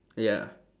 ya